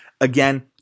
again